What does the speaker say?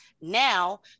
Now